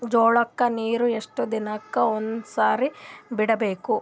ಜೋಳ ಕ್ಕನೀರು ಎಷ್ಟ್ ದಿನಕ್ಕ ಒಂದ್ಸರಿ ಬಿಡಬೇಕು?